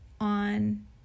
on